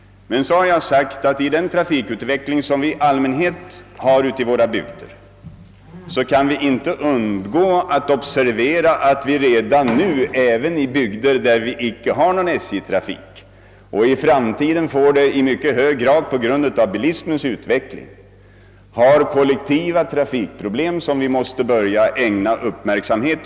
Men jag har också sagt att vi med den trafikutveckling vi i allmänhet har ute i våra bygder inte kan undgå att observera, att vi för närvarande även i områden, där vi icke har någon SJ trafik men i framtiden på grund av bilismens utveckling, har kollektiva tra fikproblem, vilka vi måste ägna uppmärksamhet.